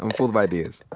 and full of ideas.